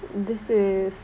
this is